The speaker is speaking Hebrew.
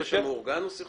פשע מאורגן או סכסוך חמולה?